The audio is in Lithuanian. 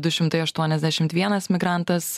du šimtai aštuoniasdešimt vienas migrantas